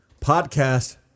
podcast